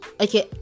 okay